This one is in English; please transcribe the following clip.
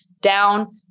down